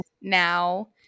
now